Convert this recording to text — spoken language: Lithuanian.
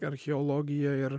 archeologija ir